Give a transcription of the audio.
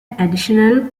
additional